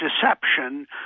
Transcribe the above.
deception